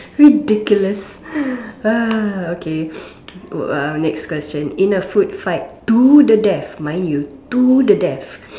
ridiculous uh okay uh uh next question in a food fight to the death mind you to the death